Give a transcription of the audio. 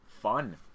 fun